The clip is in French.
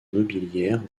nobiliaire